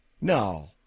No